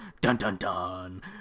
dun-dun-dun